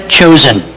chosen